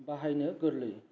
बाहायनो गोरलै